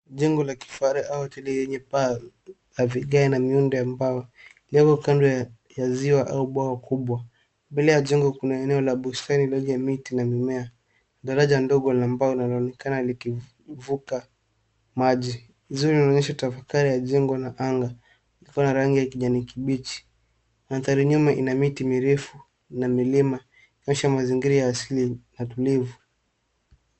Jengo la kifahari au lenye paa na vigai na miundo ya mbao, lilioko kando ya ziwa au bwawa kubwa. Mbele ya jengo kuna eneo ya bustani lenye miti na mimea. Daraja dogo lenye ni la mbao linaonekana likivuka maji, uzuri unaonyesha tafkari ya jengo na anga ilio rangi ya kijani kibichi. Madhari nyuma ina miti mirefu na milima ikionyesha mazingira asili ya utulivu.